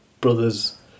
brother's